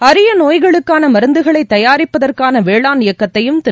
அரிய நோய்களுக்கான மருந்துகளை தயாரிப்பதற்கான வேளாண் இயக்கத்தையும் திரு